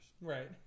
Right